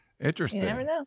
Interesting